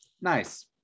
Nice